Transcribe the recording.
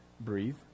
breathe